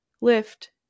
lift